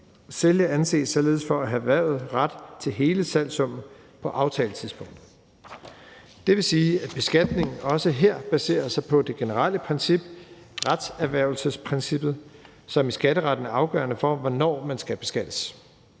således for at have erhvervet ret til hele salgssummen på aftaletidspunktet. Det vil sige, at beskatningen også her baserer sig på det generelle princip, retserhvervelsesprincippet, som i skatteretten er afgørende for, hvornår man skal beskattes.